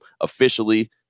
officially